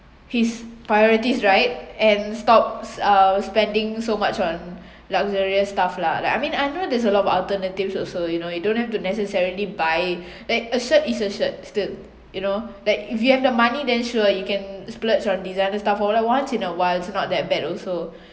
his priorities right and stops uh spending so much on luxurious stuff lah like I mean I know there's a lot of alternatives also you know you don't have to necessarily buy like a shirt is a shirt still you know like if you have the money then sure you can splurge on designer stuff all at once in a while it’s not that bad also